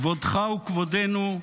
כבודך הוא כבודנו,